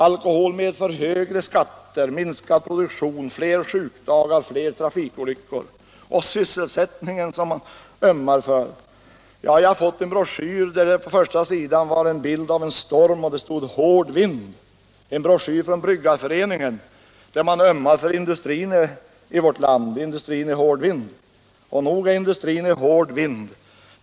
Alkohol medför högre skatter, minskad produktion, fler sjukdagar, fler trafikolyckor. Och sysselsättningen som man ömmar för? Jag har fått en broschyr där det på första sidan var en bild av en storm och det stod ”I hård vind”. Det var en broschyr från Bryggarföreningen där man ömmar för industrin i vårt land, och nog är industrin i hård vind.